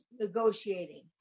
negotiating